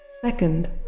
Second